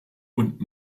und